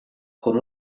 con